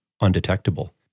undetectable